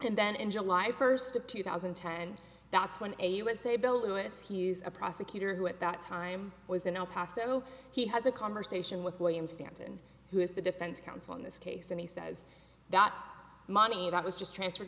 and then in july first of two thousand and ten and that's when a u s a bill lewis he's a prosecutor who at that time was in el paso and he has a conversation with william stanton who is the defense counsel in this case and he says that money that was just transferred